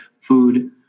food